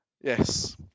yes